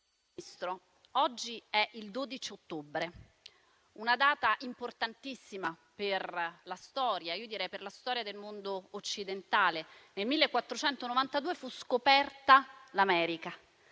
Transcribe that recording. oggi è il 12 ottobre, una data importantissima per la storia del mondo occidentale: il 12 ottobre 1492 fu scoperta l'America.